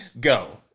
Go